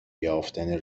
یافتن